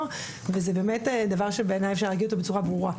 וזה באמת דבר שבעיניי אפשר להגיד אותו בצורה ברורה.